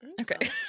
Okay